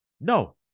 No